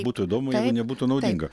būtų įdomu jei nebūtų naudinga